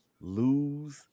lose